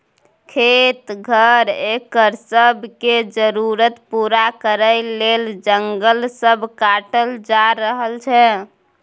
खेत, घर, एकर सब के जरूरत पूरा करइ लेल जंगल सब काटल जा रहल छै